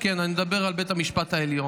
כן, אני מדבר על בית המשפט העליון.